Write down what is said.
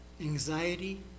anxiety